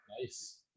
Nice